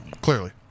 Clearly